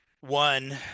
one